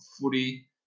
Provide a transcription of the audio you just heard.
footy